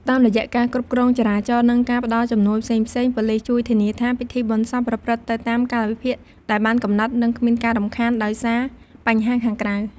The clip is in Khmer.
តាមរយៈការគ្រប់គ្រងចរាចរណ៍ និងការផ្តល់ជំនួយផ្សេងៗ ប៉ូលីសជួយធានាថាពិធីបុណ្យសពប្រព្រឹត្តទៅតាមកាលវិភាគដែលបានកំណត់ និងគ្មានការរំខានដោយសារបញ្ហាខាងក្រៅ។